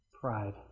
Pride